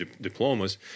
diplomas